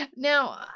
Now